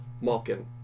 Malkin